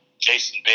Jason